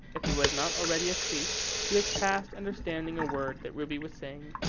if he was not already asleep, he was past understanding a word that ruby was saying.